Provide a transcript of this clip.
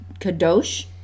Kadosh